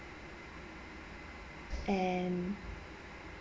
and